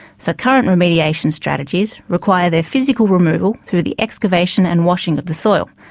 so current remediation strategies require their physical removal through the excavation and washing of the soil,